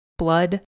blood